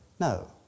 no